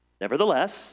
Nevertheless